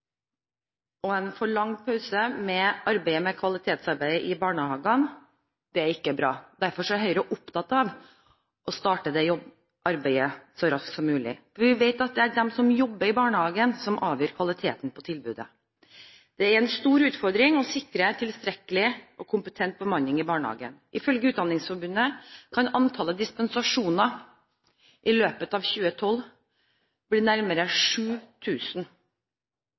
og en for lang pause i arbeidet med kvalitet i barnehagene er ikke bra. Derfor er Høyre opptatt av å starte det arbeidet så raskt som mulig. Vi vet at det er de som jobber i barnehagen, som avgjør kvaliteten på tilbudet. Det er en stor utfordring å sikre tilstrekkelig og kompetent bemanning i barnehagen. Ifølge Utdanningsforbundet kan antallet dispensasjoner i løpet av 2012 bli nærmere